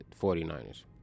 49ers